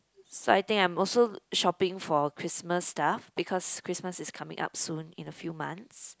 so I think I'm also shopping for Christmas stuff because Christmas is coming up soon in a few months